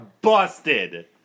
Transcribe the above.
busted